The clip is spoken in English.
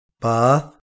bath